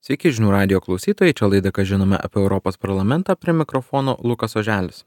sveiki žinių radijo klausytojai čia laida ką žinome apie europos parlamentą prie mikrofono lukas oželis